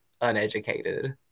uneducated